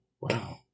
Wow